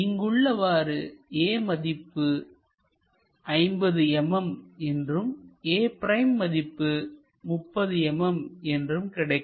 இங்கு உள்ளவாறு a மதிப்பு 50 mm என்றும் a' மதிப்பு 30 mm என்றும் கிடைக்கும்